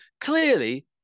clearly